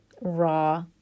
raw